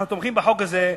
אנחנו תומכים בחוק הזה,